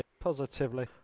Positively